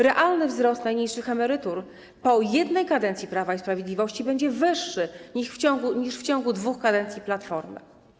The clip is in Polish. Realny wzrost najniższych emerytur po jednej kadencji Prawa i Sprawiedliwości będzie wyższy niż w ciągu dwóch kadencji Platformy.